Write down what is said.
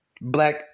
black